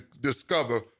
discover